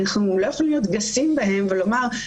אנחנו לא יכולים להיות גסים בהן ולומר,